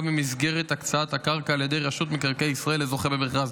במסגרת הקצאת הקרקע על ידי רשות מקרקעי ישראל לזוכה במכרז.